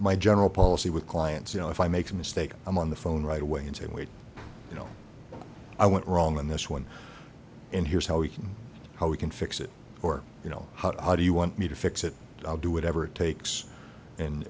my general policy with clients you know if i make a mistake i'm on the phone right away and say wait you know i went wrong on this one and here's how we can how we can fix it or you know how do you want me to fix it i'll do whatever it takes and